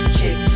kick